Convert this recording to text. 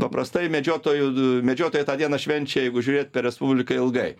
paprastai medžiotojų medžiotojai tą dieną švenčia jeigu žiūrėt per respubliką ilgai